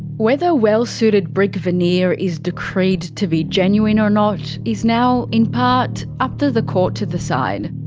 whether well suited brick veneer is decreed to be genuine or not is now in part up to the court to decide.